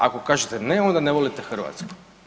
Ako kažete ne, onda ne volite Hrvatsku.